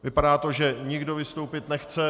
Vypadá to, že nikdo vystoupit nechce.